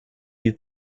die